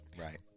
Right